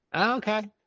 Okay